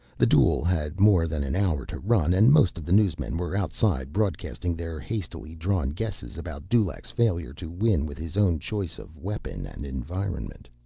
the duel had more than an hour to run, and most of the newsmen were outside, broadcasting their hastily-drawn guesses about dulaq's failure to win with his own choice of weapon and environment.